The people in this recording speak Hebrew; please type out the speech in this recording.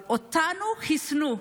אותנו חיסנו,